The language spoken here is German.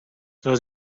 soll